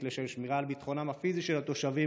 לשמירה על ביטחונם הפיזי של התושבים,